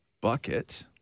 bucket